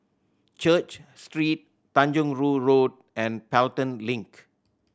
Church Street Tanjong Rhu Road and Pelton Link